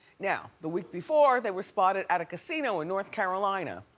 now, the week before they were spotted at a casino in north carolina.